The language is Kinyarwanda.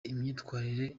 imyitwarire